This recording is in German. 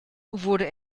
wurde